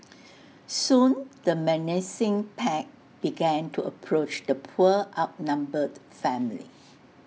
soon the menacing pack began to approach the poor outnumbered family